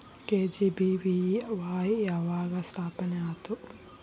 KGBVY ಯಾವಾಗ ಸ್ಥಾಪನೆ ಆತು?